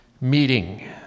meeting